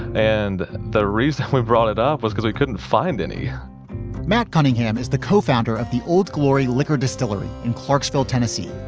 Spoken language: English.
and the reason we brought it up was because we couldn't find any matt cunningham is the co-founder of the old glory liquor distillery in clarksville, tennessee.